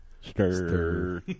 Stir